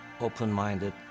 open-minded